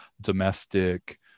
domestic